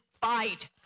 fight